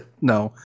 No